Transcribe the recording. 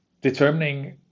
determining